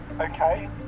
Okay